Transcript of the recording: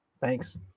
Thanks